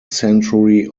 century